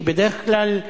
כי בדרך כלל,